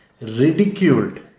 ridiculed